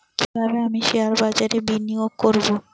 কিভাবে আমি শেয়ারবাজারে বিনিয়োগ করবে?